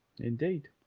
Indeed